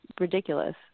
ridiculous